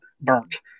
burnt